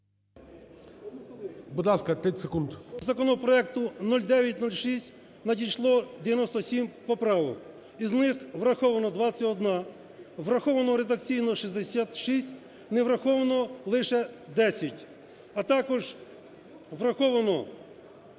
законопроекту 0906 надійшло 97 поправок. Із них врахована 21, враховано редакційно 66, не враховано лише 10. А також враховано